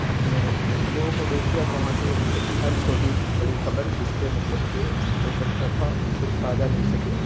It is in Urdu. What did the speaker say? اپنے مطلب کہ لوگوں کو بھیجتی اور وہاں سے مطلب کہ ہر چھوٹی بڑی خبر جس پہ مطلب کہ ہو سکتا تھا کچھ فائدہ مل سکے